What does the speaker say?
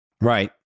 Right